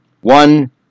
one